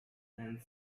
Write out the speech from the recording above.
and